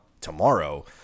tomorrow